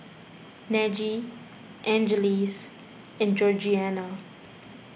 Najee Angeles and Georgianna